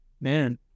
Man